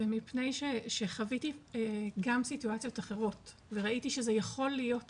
ומפני שחוויתי גם סיטואציות אחרות וראיתי שזה יכול להיות אחרת,